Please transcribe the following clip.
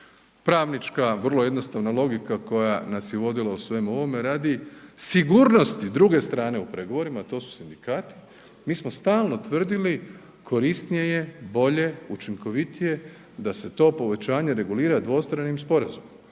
Pravnička vrlo jednostavna logika koja nas je vodila u svemu ovome radi sigurnosti druge strane u pregovorima, a to su sindikati, mi smo stalno tvrdili korisnije je, bolje, učinkovitije da se to povećanje regulira dvostranim sporazumom